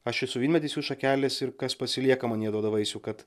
aš esu vynmedis jų šakelės ir kas pasilieka manyje duoda vaisių kad